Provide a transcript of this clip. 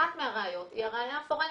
אחת מהראיות היא הראייה הפורנזית.